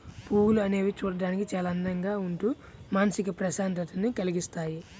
పువ్వులు అనేవి చూడడానికి చాలా అందంగా ఉంటూ మానసిక ప్రశాంతతని కల్గిస్తాయి